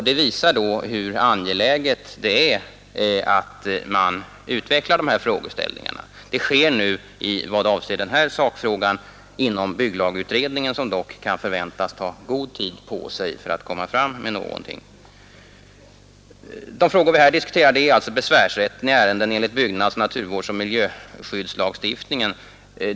Det visar hur angeläget det är att man utvecklar dessa frågeställningar. Det sker nu i vad avser den här sakfrågan inom bygglagutredningen, som dock kan förväntas ta god tid på sig. De frågor vi här diskuterar är alltså besvärsrätten i ärenden enligt byggnads-, naturvårdsoch miljöskyddslagstiftningen.